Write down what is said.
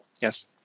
Yes